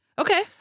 okay